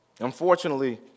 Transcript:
unfortunately